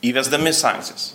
įvesdami sankcijas